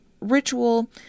ritual